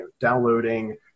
downloading